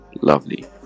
lovely